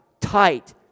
tight